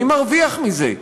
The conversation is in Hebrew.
מי מרוויח מזה?